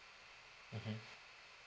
mmhmm